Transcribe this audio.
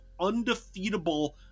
undefeatable